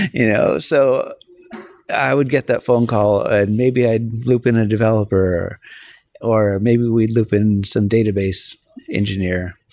you know so i would get that phone call and maybe i'd loop in a developer or maybe we'd loop in some database engineer.